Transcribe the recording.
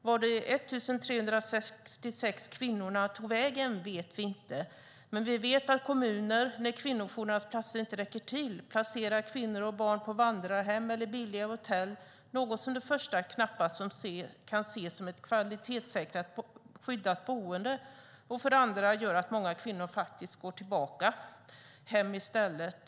Var de 1 366 kvinnorna tog vägen vet vi inte, men vi vet att kommuner när kvinnojourernas platser inte räcker till placerar kvinnor och barn på vandrarhem eller billiga hotell - något som för det första knappast kan ses som ett kvalitetssäkrat skyddat boende och för det andra gör att många kvinnor faktiskt går tillbaka hem i stället.